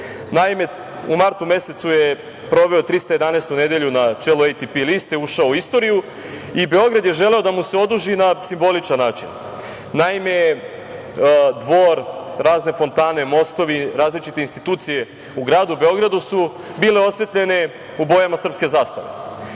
toga. Naime, u martu mesecu je proveo 311 nedelju na čelu ATP liste i ušao u istoriju i Beograd je želeo da mu se oduži na simboličan način. Naime, dvor, razne fontane, mostovi, različite institucije u gradu Beogradu su bile osvetljene bojama srpske zastave.